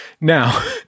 Now